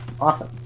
Awesome